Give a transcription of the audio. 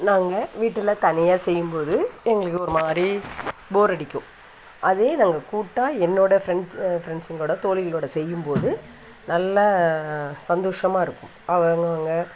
நாங்கள் வீட்டில் தனியாக செய்யும் போது எங்களுக்கு ஒரு மாதிரி போர் அடிக்கும் அதே நாங்கள் கூட்டா என்னோடய ஃப்ரெண்ட்ஸ் ஃப்ரெண்ட்ஸுங்களோட தோழிகளோட செய்யும் போது நல்லா சந்தோஷமாக இருக்கும்